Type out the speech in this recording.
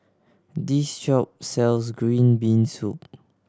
this shop sells green bean soup